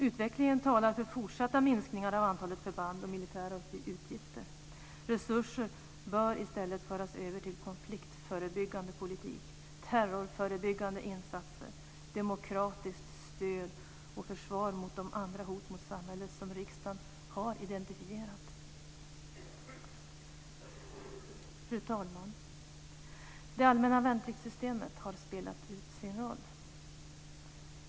Utvecklingen talar för fortsatta minskningar av antalet förband och militära utgifter. Resurser bör i stället föras över till konfliktförebyggande politik, terrorförebyggande insatser, demokratistöd och försvar mot de andra hot mot samhället som riksdagen har identifierat. Fru talman! Det allmänna värnpliktssystemet har spelat ut sin roll.